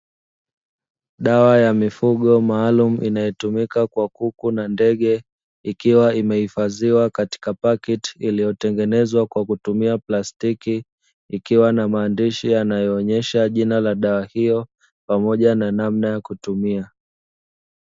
Dawa ya mifugo maalumu inayotumika kwa kuku na ndege, ikiwa imehifadhiwa katika pakiti iliyotengenezwa kwa kutumia plastiki, ikiwa na maandishi yanayoonesha jina la dawa hiyo pamoja na namna ya kutumia.